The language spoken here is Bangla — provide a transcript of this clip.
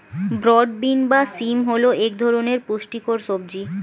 ব্রড বিন বা শিম হল এক ধরনের পুষ্টিকর সবজি